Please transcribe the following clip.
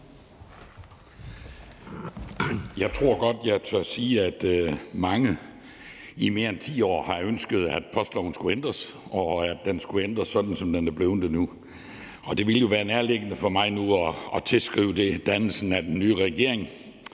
Jeg tror godt, jeg tør sige, at mange i mere end 10 år har ønsket, at postloven skulle ændres, og at den skulle ændres, sådan som den er blevet det nu. Det ville jo være nærliggende for mig nu at tilskrive det dannelsen af den nye regering,